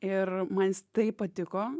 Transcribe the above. ir man jis taip patiko